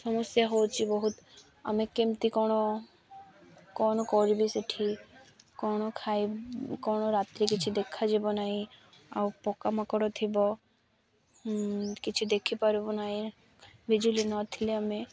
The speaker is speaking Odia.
ସମସ୍ୟା ହେଉଛି ବହୁତ ଆମେ କେମିତି କ'ଣ କ'ଣ କରିବି ସେଇଠି କ'ଣ ଖାଇ କ'ଣ ରାତିି କିଛି ଦେଖାଯିବ ନାହିଁ ଆଉ ପକାମକଡ଼ ଥିବ କିଛି ଦେଖିପାରିବ ନାହିଁ ବିଜୁଳି ନଥିଲେ ଆମେ